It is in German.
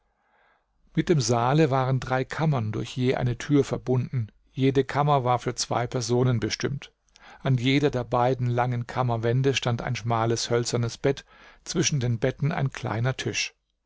mit dem saale waren drei kammern durch je eine tür verbunden jede kammer war für zwei personen bestimmt an jeder der beiden langen kammerwände stand ein schmales hölzernes bett zwischen den betten ein kleiner tisch